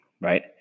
right